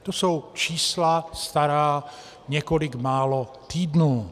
To jsou čísla stará několik málo týdnů.